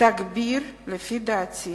תגביר לפי דעתי